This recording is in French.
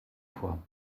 fois